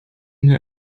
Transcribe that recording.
mir